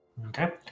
Okay